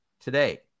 today